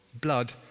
blood